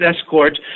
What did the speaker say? escort